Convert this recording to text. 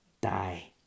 die